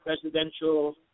Presidential